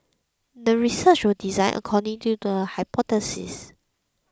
the research was designed according to the hypothesis